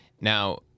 Now